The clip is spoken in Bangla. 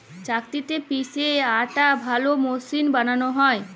চাক্কিতে পিসে যে আটা ভাল মসৃল বালাল হ্যয়